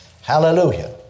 Hallelujah